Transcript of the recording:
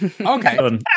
Okay